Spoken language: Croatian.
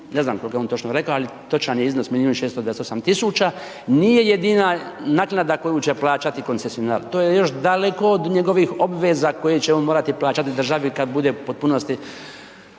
ne znam kolko je on točno rekao, ali točan je iznos 1.628.000 nije jedina naknada koju će plaćati koncesionar to je još daleko od njegovih obveza koje će on morati plaćati državi kad bude u potpunosti